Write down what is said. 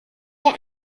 der